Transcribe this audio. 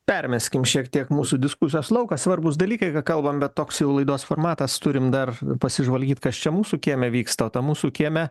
permeskim šiek tiek mūsų diskusijos lauką svarbūs dalykai ką kalbam bet toks jau laidos formatas turim dar pasižvalgyt kas čia mūsų kieme vyksta o tam mūsų kieme